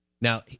Now